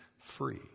free